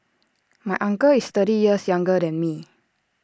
my uncle is thirty years younger than me